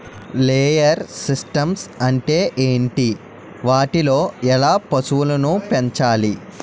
Layer systems అంటే ఏంటి? వాటిలో ఎలా పశువులను పెంచాలి?